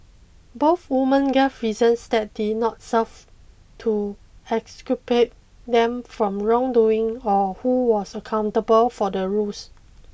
both woman gave reasons that did not serve to exculpate them from wrongdoing or who was accountable for the ruse